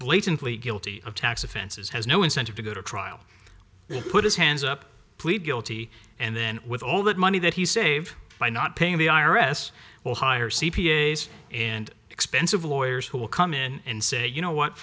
blatantly guilty of tax offenses has no incentive to go to trial put his hands up plead guilty and then with all that money that he save by not paying the i r s will hire c p a s and expensive lawyers who will come in and say you know what